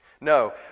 No